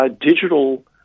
digital